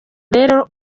rero